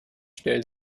stelle